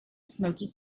smoky